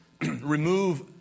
remove